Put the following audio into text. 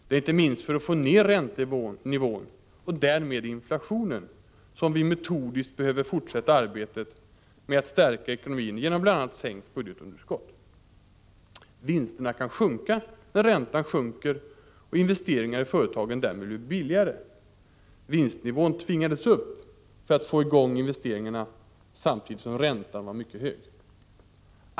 Det är inte minst för att få ned räntenivån och därmed inflationen som vi metodiskt behöver fortsätta arbetet med att stärka ekonomin genom bl.a. sänkt budgetunderskott. Vinsterna kan sjunka när räntan sjunker och investeringar i företagen därigenom blir billigare. Vinstnivån tvingades upp för att få i gång investeringarna samtidigt som räntan var mycket hög.